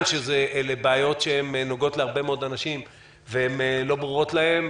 שאלה בעיות שנוגעות להרבה מאוד אנשים והן לא ברורות להן,